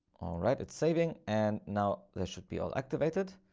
right, it's saving, and now they should be all activated.